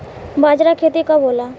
बजरा के खेती कब होला?